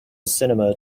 cinema